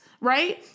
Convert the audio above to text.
Right